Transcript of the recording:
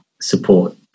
support